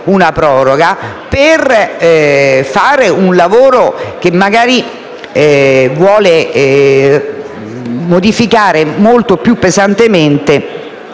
una proroga per fare un lavoro che, magari, intende modificare molto più pesantemente